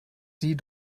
sie